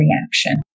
reaction